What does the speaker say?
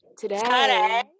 today